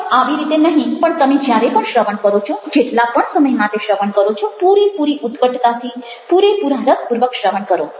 હવે આવી રીતે નહિ પણ તમે જ્યારે પણ શ્રવણ કરો છો જેટલા પણ સમય માટે શ્રવણ કરો છો પૂરેપૂરી ઉત્કટતાથી પૂરેપૂરા રસપૂર્વક શ્રવણ કરો